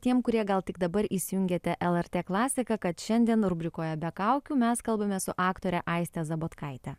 tiem kurie gal tik dabar įsijungėte lrt klasiką kad šiandien rubrikoje be kaukių mes kalbamės su aktore aiste zabotkaite